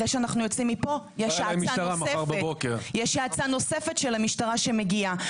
אחרי שאנחנו יוצאים מפה יש האצה נוספת של המשטרה שמגיעה,